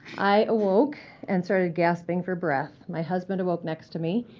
i awoke and started gasping for breath. my husband awoke next to me,